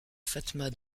fatma